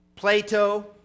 Plato